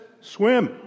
swim